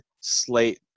slate